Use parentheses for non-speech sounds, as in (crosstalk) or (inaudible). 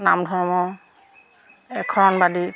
নাম ধৰ্ম এখন (unintelligible)